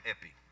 Epi